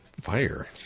fire